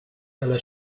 elę